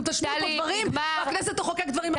אתם תשמיעו פה חוקים, והכנסת תחוקק דברים אחרים.